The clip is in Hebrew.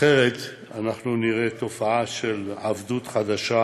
אחרת אנחנו נראה תופעה של עבדות חדשה,